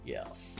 Yes